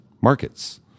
markets